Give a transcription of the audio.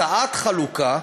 הצעת חלוקה,